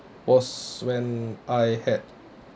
was when I had